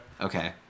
Okay